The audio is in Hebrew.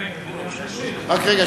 להצביע.